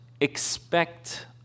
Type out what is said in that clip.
expect